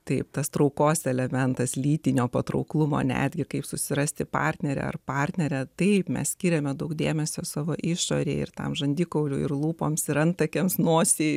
taip tas traukos elementas lytinio patrauklumo netgi kaip susirasti partnerę ar partnerę taip mes skiriame daug dėmesio savo išorei ir tam žandikaulio ir lūpoms ir antakiams nosį